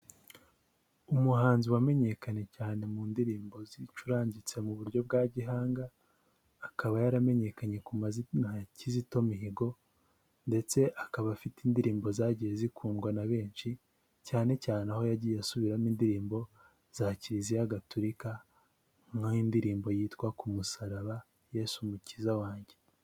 Umuhanzi wamenyekanye cyane mu ndirimbo zicurangitse mu buryo bwa gihanga, akaba yaramenyekanye ku mazina ya Kizito Mihigo ndetse akaba afite indirimbo zagiye zikundwa na benshi, cyane cyane aho yagiye asubiramo indirimbo za Kiliziya Gatolika, nk'indirimbo yitwa ku musaraba Yesu umukiza wanjye.